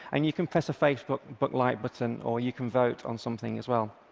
and you can press a facebook but like button or you can vote on something as well.